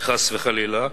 חס וחלילה,